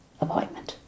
appointment